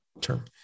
term